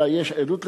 אלא יש עדות,